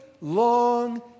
long